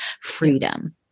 freedom